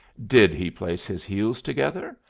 did he place his heels together,